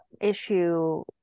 issue